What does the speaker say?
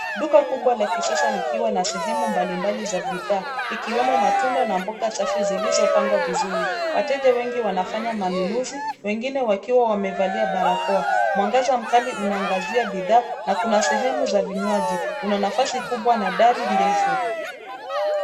Duka kubwa la kisasa likwa na sehemu mbalimbali za bidhaa ikiwemo matunda na mboga safi zilizopangwa vizuri. Wateja wengi wanafanya manunuzi wengine wakiwa wamevalia barakoa. Mwangaza mkali unaangazia bidhaa na kuna sehemu za vinywaji. Una nafasi kubwa na dari ndefu.